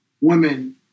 women